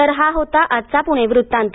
तर हा होता आजचा पुणे वृत्तांत